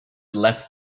left